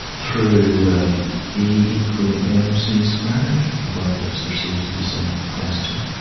through e equalling mc squared, about which there seems to be some question,